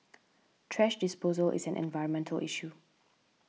thrash disposal is an environmental issue